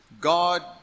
God